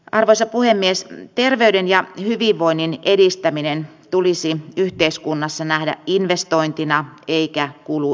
arvoisa puhemies terveyden ja hyvinvoinnin edistäminen tulisi yhteiskunnassa nähdä investointina eikä kuuluu